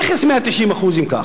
למה מטילים מכס 190%, אם כך?